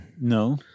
No